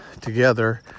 together